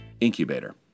Incubator